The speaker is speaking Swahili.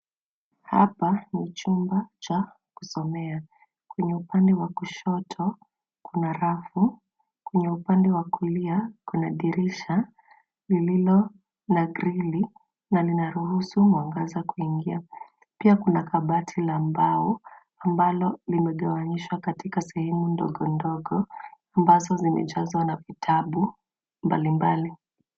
Hapa ni chumba cha kusomea. Kuna upande wa kushoto, kuna rafu. Kuna upande wakulia kuna dirisha lililo na grili na linaruhusu mwangaza kuingia. Pia kuna kabati la mbao. Ambalo imegewanyishwa katika sehemu ndogondogo ambazo zimejazwa na vitabu mbalimbali.